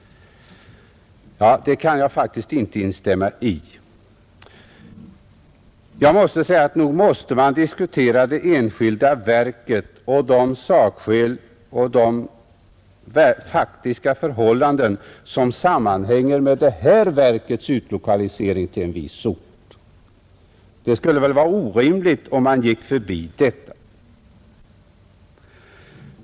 Det kan jag inte instämma i. Nog måste man diskutera det enskilda verket, de sakskäl och de faktiska förhållanden som sammanhänger med verkets utlokalisering till en viss ort. Det skulle väl vara orimligt om man gick förbi detta.